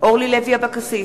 אורלי לוי אבקסיס,